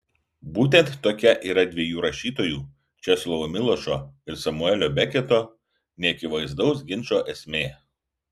būtent tokia yra dviejų rašytojų česlovo milošo ir samuelio beketo neakivaizdaus ginčo esmė